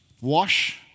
wash